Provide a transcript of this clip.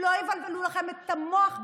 שלא יבלבלו לכם את המוח בבית.